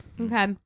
Okay